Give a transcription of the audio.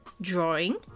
drawing